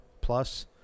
plus